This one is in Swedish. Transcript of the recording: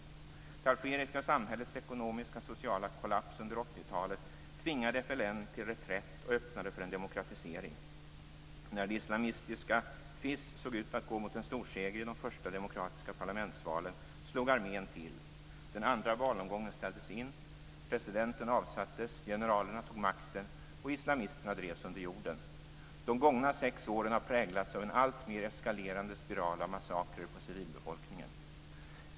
Det algeriska samhällets ekonomiska och sociala kollaps under 80-talet tvingade FLN till reträtt och öppnade för en demokratisering. När det islamistiska FIS såg ut att gå emot en storseger i de första demokratiska parlamentsvalen slog armén till. Den andra valomgången ställdes in, presidenten avsattes, generalerna tog makten och islamisterna drevs under jorden. De gångna sex åren har präglats av en alltmer eskalerande spiral av massakrer på civilbefolkningen.